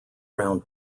round